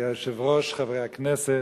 גברתי היושבת-ראש, חברי הכנסת,